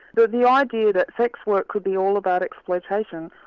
the the ah idea that sex work could be all about exploitation,